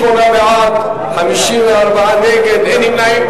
28 בעד, 54 נגד, אין נמנעים.